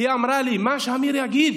היא אמרה לי: מה שמיר יגיד?